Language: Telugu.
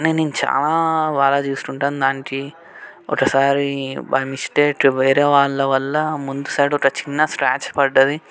దాన్ని నేను చాలా బాగా చూసుకుంటాను దానికి ఒకసారి బై మిస్టేక్ వేరే వాళ్ళ వల్ల ముందు సైడ్ ఒక చిన్న స్క్రాచ్ పడింది